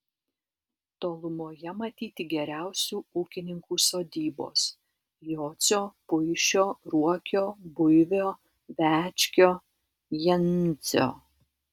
tolumoje matyti geriausių ūkininkų sodybos jocio puišio ruokio buivio večkio jancio